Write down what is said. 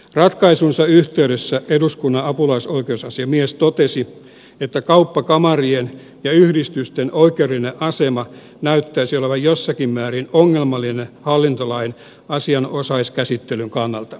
ratkaisunsa yhteydessä eduskunnan apulaisoikeusasiamies totesi että kauppakamarien ja yhdistysten oikeudellinen asema näyttäisi olevan jossakin määrin ongelmallinen hallintolain asianosaiskäsitteen kannalta